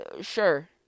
sure